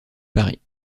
paris